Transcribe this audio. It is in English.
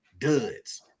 Duds